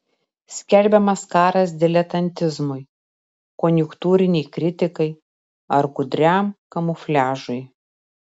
skelbiamas karas diletantizmui konjunktūrinei kritikai ar gudriam kamufliažui